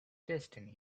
destiny